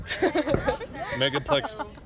Megaplex